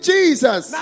Jesus